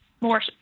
more